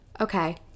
okay